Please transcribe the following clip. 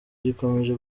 gikomeje